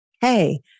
Hey